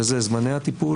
וזה זמני הטיפול,